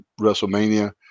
WrestleMania